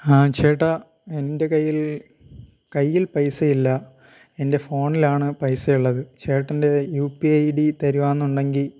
ആ ചേട്ടാ എൻ്റെ കയ്യിൽ കയ്യിൽ പൈസ ഇല്ല എൻ്റെ ഫോണിലാണ് പൈസ ഉള്ളത് ചേട്ടൻ്റെ യു പി ഐ ഡി തരുവാണെന്നുണ്ടെങ്കിൽ